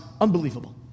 unbelievable